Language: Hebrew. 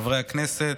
חברי הכנסת,